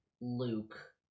Luke